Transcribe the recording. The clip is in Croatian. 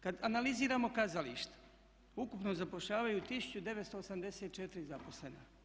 Kada analiziramo kazališta, ukupno zapošljavaju 1984. zaposlena.